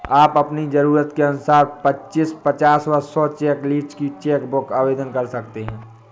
आप अपनी जरूरत के अनुसार पच्चीस, पचास व सौ चेक लीव्ज की चेक बुक आवेदन कर सकते हैं